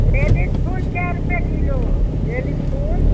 बेलीके फुल कए रुपे किलो बेलीके फुल